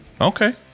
okay